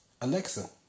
Alexa